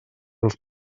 els